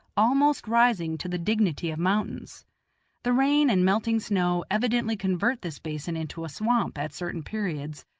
almost rising to the dignity of mountains the rain and melting snow evidently convert this basin into a swamp at certain periods,